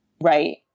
right